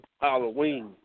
Halloween